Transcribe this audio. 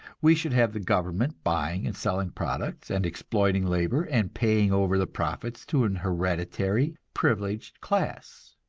we should have the government buying and selling products, and exploiting labor, and paying over the profits to an hereditary privileged class.